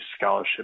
scholarship